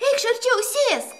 eikš arčiau sėsk